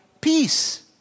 peace